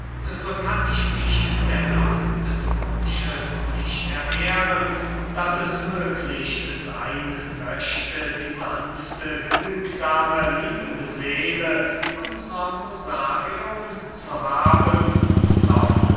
so kann ich mich dennoch des wunsches nicht erwehren daß es möglich seyn möchte die sanfte genügsame liebende seele unsrer musarion zu haben und doch